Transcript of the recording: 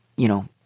you know,